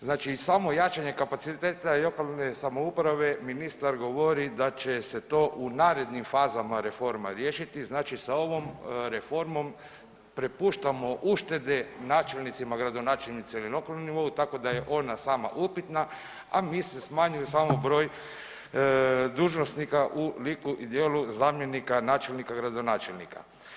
Znači samo jačanje kapaciteta lokalne samouprave ministar govori da će se to u narednim fazama reforma riješiti, znači sa ovom reformom prepuštamo uštede načelnicima, gradonačelnicima na lokalnom nivou tako da je ona sama upitna, a … smanjuju samo broj dužnosnika u liku i djelu zamjenika načelnika, gradonačelnika.